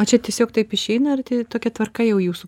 o čia tiesiog taip išeina ar tokia tvarka jau jūsų